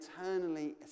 eternally